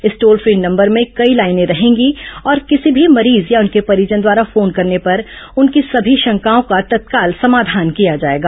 इस toll free number में कई लाइने रहेंगी और किसी भी मरीज या उनके परिजन द्वारा फोन करने पर उनकी सभी शंकाओं का तत्काल समाधान किया जाएगा